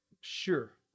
sure